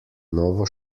novo